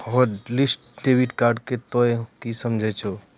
hotlist debit card से तोंय की समझे छौं